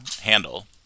handle